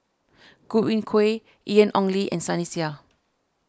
Godwin Koay Ian Ong Li and Sunny Sia